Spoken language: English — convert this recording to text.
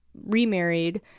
remarried